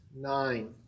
nine